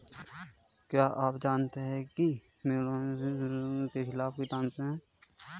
क्या आप जानते है मोलस्किसाइड्स मोलस्क के खिलाफ कीटनाशक हैं?